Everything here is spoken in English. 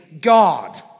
God